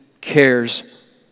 cares